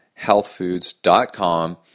Healthfoods.com